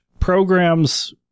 programs